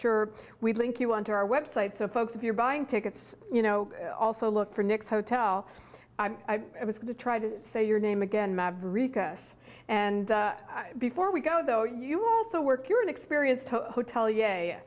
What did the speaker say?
sure we link you want to our website so folks if you're buying tickets you know also look for next hotel i was going to try to say your name again maverick us and before we go though you also work you're an experienced hotel yea